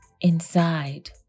Inside